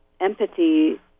empathy